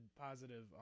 positive